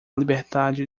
liberdade